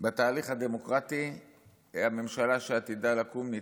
בתהליך הדמוקרטי הממשלה שעתידה לקום ניצחה,